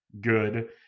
good